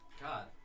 God